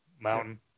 Mountain